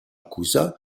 cousin